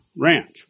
ranch